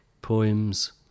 poems